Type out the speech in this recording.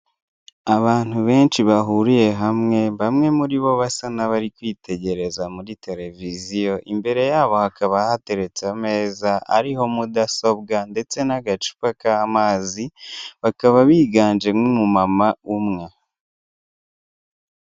Abantu benshi bahuriye hamwe bamwe muri bo basa nabari kwitegereza muri tereviziyo, imbere yabo hakaba hateretse ameza ariho mudasobwa ndetse n'agacupa k'amazi bakaba biganjemo umumama umwe.